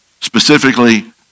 specifically